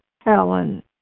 Helen